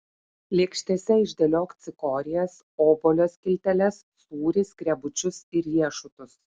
lėkštėse išdėliok cikorijas obuolio skilteles sūrį skrebučius ir riešutus